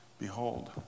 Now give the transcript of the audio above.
Behold